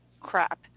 crap